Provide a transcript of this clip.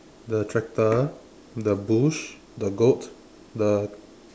the tractor the bush the goat the